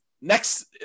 next